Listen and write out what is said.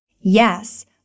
Yes